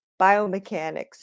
biomechanics